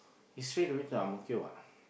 is straight away to Ang-Mo-Kio what